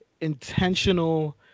intentional